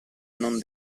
non